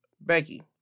Becky